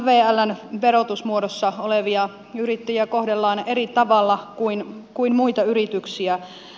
mvln verotusmuodossa olevia yrittäjiä kohdellaan eri tavalla kuin muita yrityksiä